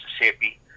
Mississippi